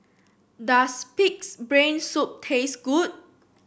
does pig's brain soup taste good